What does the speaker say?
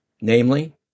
namely